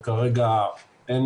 וכרגע אין